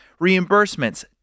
reimbursements